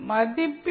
மதிப்பின்